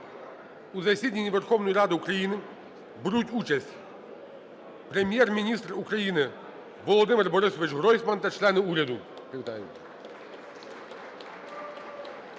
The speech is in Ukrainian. у засіданні Верховної Ради України беруть участь Прем'єр-міністр України Володимир Борисович Гройсман та члени уряду,